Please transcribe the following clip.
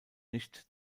nicht